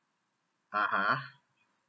(uh huh)